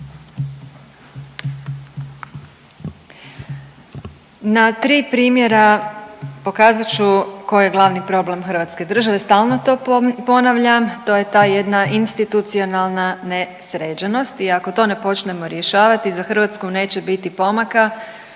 Na tri primjera pokazat ću koji je problem Hrvatske države. Stalno to ponavljam. To je ta jedna institucionalna nesređenost i ako to ne počnemo rješavati za Hrvatsku neće biti pomaka